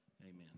amen